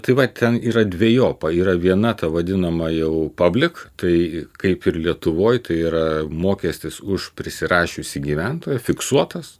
tai va ten yra dvejopa yra viena ta vadinama jau pablik tai kaip ir lietuvoj tai yra mokestis už prisirašiusį gyventoją fiksuotas